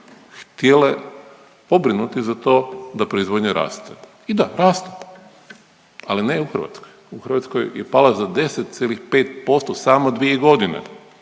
htjele pobrinuti za to da proizvodnja raste. I da, raste ali ne u Hrvatskoj. U Hrvatskoj je pala za 10,5% samo dvije godine